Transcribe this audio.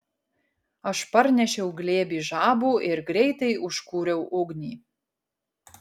aš parnešiau glėbį žabų ir greitai užkūriau ugnį